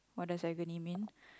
what does agony mean